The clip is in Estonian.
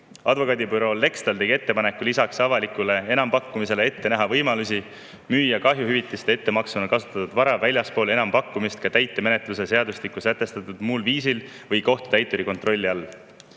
Advokaadibüroo Lextal tegi ettepaneku näha lisaks avalikule enampakkumisele ette võimalus müüa kahjuhüvitise ettemaksuna kasutatud vara väljaspool enampakkumist täitemenetluse seadustikus sätestatud muul viisil või kohtutäituri kontrolli all.